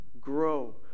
Grow